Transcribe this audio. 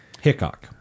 Hickok